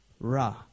ra